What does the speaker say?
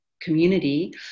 community